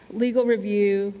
legal review,